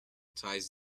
ties